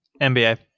NBA